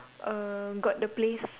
err got the place